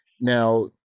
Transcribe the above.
Now